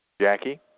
Jackie